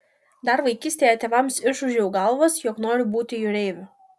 dar vaikystėje tėvams išūžiau galvas kad noriu būti jūreiviu